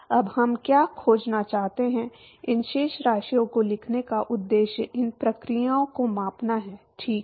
अब हम क्या खोजना चाहते हैं इन शेष राशियों को लिखने का उद्देश्य इन प्रक्रियाओं को मापना है ठीक है